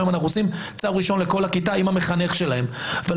היום אנחנו עושים צו ראשון לכל הכיתה עם המחנך שלהם אבל